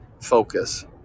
focus